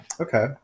Okay